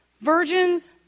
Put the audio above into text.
virgins